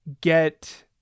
get